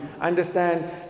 understand